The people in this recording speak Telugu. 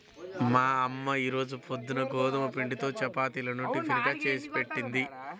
మా అమ్మ ఈ రోజు పొద్దున్న గోధుమ పిండితో చపాతీలను టిఫిన్ గా చేసిపెట్టింది